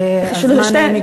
הזמן נגמר.